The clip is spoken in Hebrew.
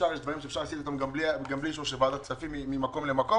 יש דברים שאפשר להסית אותם גם בלי אישור של ועדת הכספים ממקום למקום,